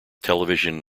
television